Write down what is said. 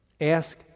Ask